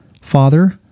Father